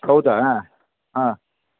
ಹೌದಾ ಹಾಂ